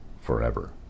forever